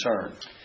concerned